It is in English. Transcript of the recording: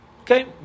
Okay